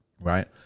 right